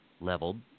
leveled